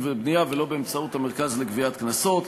ולבנייה ולא באמצעות המרכז לגביית קנסות.